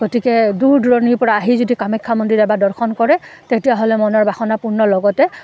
গতিকে দূৰ দূৰণিৰ পৰা আহি যদি কামাখ্যা মন্দিৰ এবাৰ দৰ্শন কৰে তেতিয়াহ'লে মনৰ বাসনাপূৰ্ণ লগতে